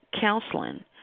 counseling